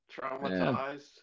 traumatized